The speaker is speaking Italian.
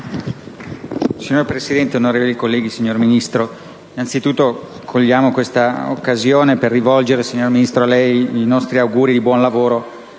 Signor Presidente, onorevoli colleghi, signor Ministro, cogliamo questa occasione per rivolgere al Ministro i nostri auguri di buon lavoro